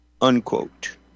unquote